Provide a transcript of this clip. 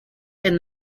and